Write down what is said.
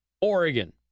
Oregon